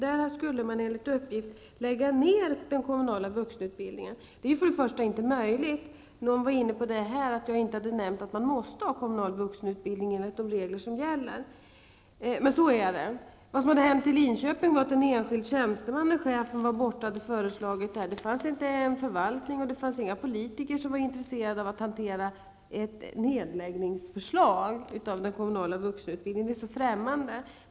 Där skall enligt uppgift den kommunala vuxenutbildningen läggas ned. Först och främst är det inte möjligt. Någon har här i dag sagt att jag har inte nämnt att det måste finnas kommunal vuxenutbildning enligt de regler som gäller. Det som har hänt i Linköping är att en enskild tjänsteman när chefen var bortrest hade kommit med detta förslag. Det var ingen i förvaltningen eller någon politiker som var intresserad av att hantera ett nedläggningsförslag. Det är främmande.